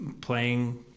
playing